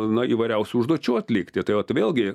na įvairiausių užduočių atlikti tai vat vėlgi